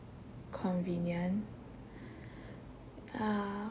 convenient err